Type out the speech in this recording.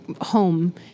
home